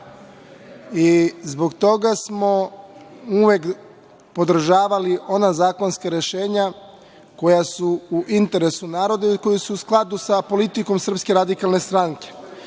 Zbog toga smo uvek podržavali ona zakonska rešenja koja su u interesu naroda i koji su u skladu sa politikom SRS.Shodno tome